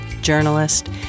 journalist